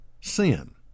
sin